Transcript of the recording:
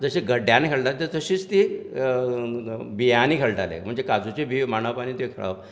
जशे गड्ड्यांनी खेळटा ते तशीच ती बियांनी खेळटाले म्हणजे काजुच्यो बियो मांडप आनी त्यो खेळप